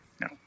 No